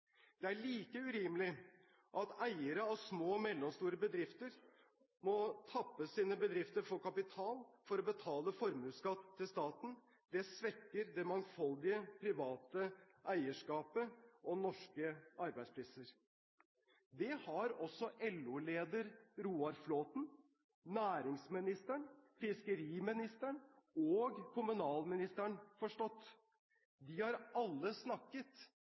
Det er like urimelig at eiere av små og mellomstore bedrifter må tappe sine bedrifter for kapital for å betale formuesskatt til staten. Det svekker det mangfoldige private eierskapet og norske arbeidsplasser. Det har også LO-leder Roar Flåthen, næringsministeren, fiskeriministeren og kommunalministeren forstått. De har alle snakket